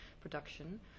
production